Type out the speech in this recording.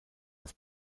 das